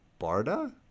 Barda